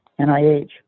NIH